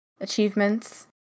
Achievements